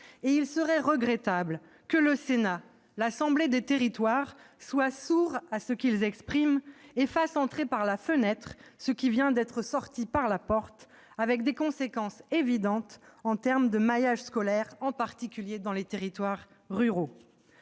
Il serait regrettable que le Sénat, la chambre des territoires, soit sourd à ce qu'ils expriment et fasse entrer par la fenêtre ce qui vient d'être sorti par la porte, avec des conséquences évidentes pour le maillage scolaire, en particulier dans les territoires ruraux.